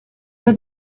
was